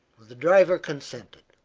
the driver consented.